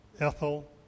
Ethel